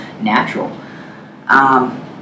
natural